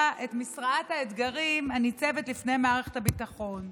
את משרעת האתגרים הניצבת לפני מערכת הביטחון.